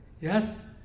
Yes